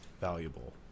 valuable